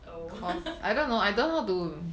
oh